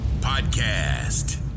podcast